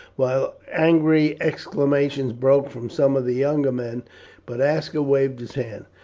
while angry exclamations broke from some of the younger men but aska waved his hand.